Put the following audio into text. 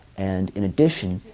and in addition,